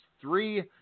three